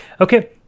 okay